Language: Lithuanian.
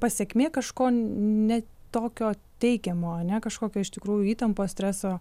pasekmė kažko ne tokio teikiamo ane kažkokio iš tikrųjų įtampos streso